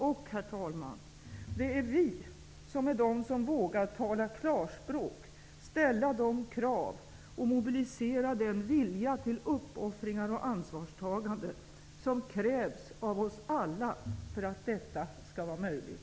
Och, herr talman, det är vi som vågar tala klarspråk, ställa krav och mobilisera den vilja till uppoffringar och ansvarstagande som krävs av oss alla för att detta skall vara möjligt.